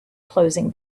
closing